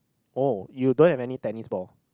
oh you don't have any tennis ball